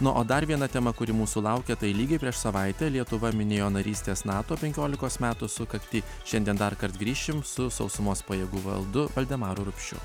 na o dar viena tema kuri mūsų laukia tai lygiai prieš savaitę lietuva minėjo narystės nato penkiolikos metų sukaktį šiandien darkart grįšim su sausumos pajėgų vadu valdemaru rupšiu